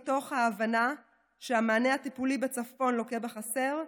מתוך ההבנה שהמענה הטיפולי בצפון לוקה בחסר,